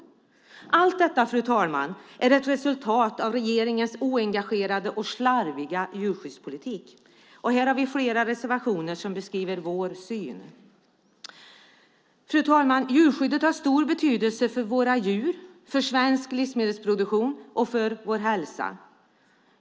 Fru ålderspresident! Allt detta är ett resultat av regeringens oengagerade och slarviga djurskyddspolitik. Här har vi flera reservationer som beskriver vår syn. Fru ålderspresident! Djurskyddet har stor betydelse för våra djur, för svensk livsmedelsproduktion och för vår hälsa.